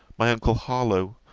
my uncle harlowe,